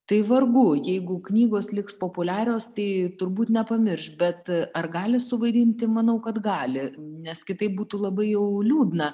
tai vargu jeigu knygos liks populiarios tai turbūt nepamirš bet ar gali suvaidinti manau kad gali nes kitaip būtų labai jau liūdna